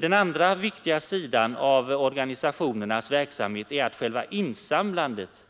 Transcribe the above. Den andra viktiga sidan av organisationernas verksamhet är att själva insamlandet